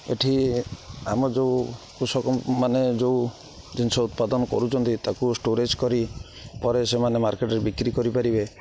ଏଠି ଆମ ଯେଉଁ କୃଷକ ମାନେ ଯେଉଁ ଜିନିଷ ଉତ୍ପାଦନ କରୁଛନ୍ତି ତାକୁ ଷ୍ଟୋରେଜ୍ କରି ପରେ ସେମାନେ ମାର୍କେଟ୍ରେ ବିକ୍ରି କରିପାରିବେ